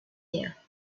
ear